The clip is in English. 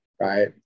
right